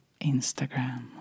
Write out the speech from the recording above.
Instagram